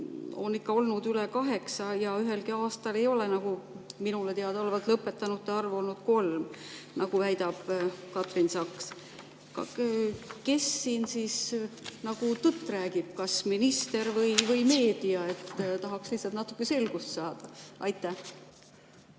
on ikka olnud üle kaheksa ja ühelgi aastal ei ole minule teadaolevalt lõpetanute arv olnud kolm, nagu väidab Katrin Saks. Kes tõtt räägib, kas minister või meedia? Tahaksin lihtsalt natuke selgust saada. Aitäh,